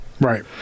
Right